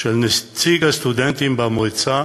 של נציג הסטודנטים למועצה,